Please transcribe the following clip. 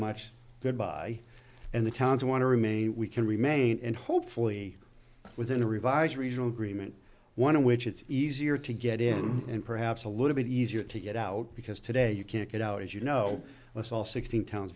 much goodbye and the towns want to remain we can remain and hopefully within the revised regional agreement one in which it's easier to get in and perhaps a little bit easier to get out because today you can't get out as you know let's all sixteen